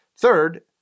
Third